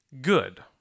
good